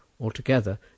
Altogether